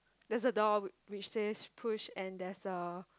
there's a door which says push and there's a